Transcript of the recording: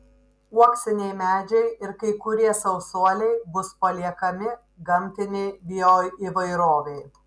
uoksiniai medžiai ir kai kurie sausuoliai bus paliekami gamtinei bioįvairovei